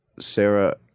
Sarah